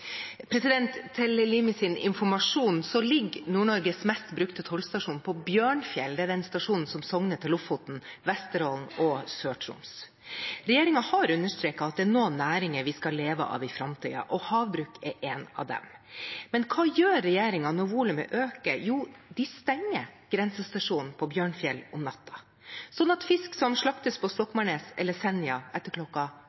ligger Nord-Norges mest brukte tollstasjon på Bjørnfjell – det er den stasjonen som sogner til Lofoten, Vesterålen og Sør-Troms. Regjeringen har understreket at det er noen næringer vi skal leve av i framtiden, og havbruk er en av dem. Men hva gjør regjeringen når volumet øker? Jo, de stenger grensestasjonen på Bjørnfjell om natten, slik at fisk som slaktes på